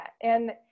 And-